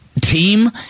team